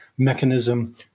mechanism